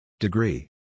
Degree